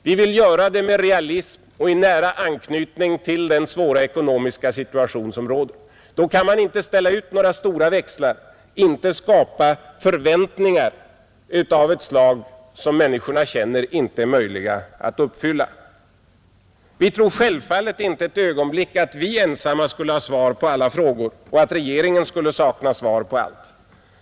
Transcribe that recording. Vi vill göra det med realism och i nära anknytning till den svåra ekonomiska situation som råder, Då kan man inte ställa ut några stora växlar, inte skapa förväntningar av ett slag som människorna känner att det inte är möjligt att uppfylla, Vi tror självfallet inte ett ögonblick att vi ensamma skulle ha svaret på alla frågor och att regeringen skulle sakna svar på allt.